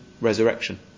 resurrection